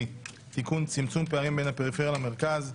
(תיקון - צמצום פערים בין הפריפריה למרכז),